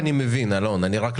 אני מבין למה אתה בא עכשיו אבל אני לא